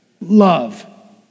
love